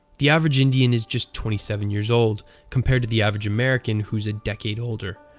the average indian is just twenty seven years old, compared to the average american, who's a decade older.